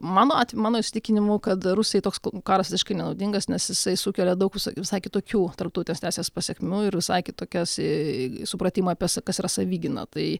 mano at mano įsitikinimu kad rusijai toks karas visiškai nenaudingas nes jisai sukelia daug visai kitokių tarptautinės teisės pasekmių ir visai kitokias supratimą apie tai kas yra savigyna tai